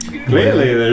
Clearly